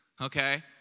okay